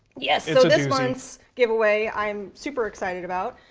yes, so this month's giveaway i'm super excited about,